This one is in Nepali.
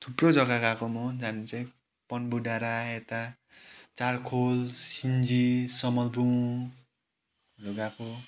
थुप्रो जग्गा गएको म जानु चाहिँ पन्बु डाँडा यता चारखोल सिन्जी समालबुङहरू गएको